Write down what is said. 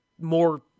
more